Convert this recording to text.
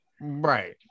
Right